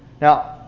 Now